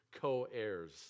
co-heirs